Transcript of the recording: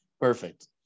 Perfect